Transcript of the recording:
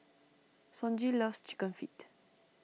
Sonji loves Chicken Feet